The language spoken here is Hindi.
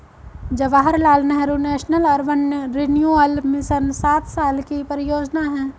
Jawaharlal Nehru national urban renewal mission सात साल की परियोजना है